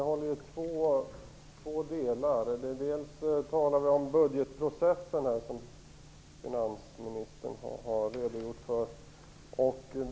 Herr talman! Den centrala reserven innehåller ju två delar. Finansministern har redogjort för budgetprocessen.